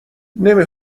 نمی